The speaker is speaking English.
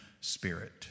spirit